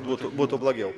būtų būtų blogiau